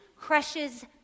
crushes